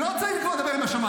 לא צריך לדבר עם השמאי,